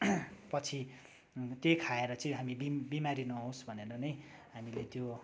पछि त्यही खाएर चाहिँ हामी बिमारी नहोस् भनेर नै हामीले त्यो